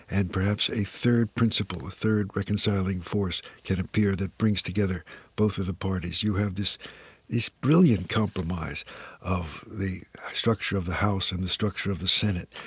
and perhaps a third principle, a third reconciling force can appear that brings together both of the parties. you have this this brilliant compromise of the structure of the house and the structure of the senate.